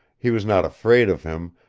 he was not afraid of him,